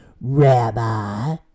Rabbi